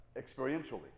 experientially